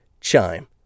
Chime